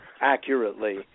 accurately